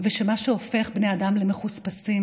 ושמה שהופך בני אדם למחוספסים,